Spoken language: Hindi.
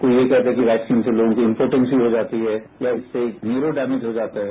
कोई ये कहता है कि वैक्सीन से लोगों की इम्पोटेंसी हो जाती है या उससे न्यूरो डैमेज हो जाता है